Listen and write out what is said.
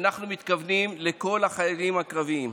ואנחנו מתכוונים לכל החיילים הקרביים.